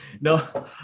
no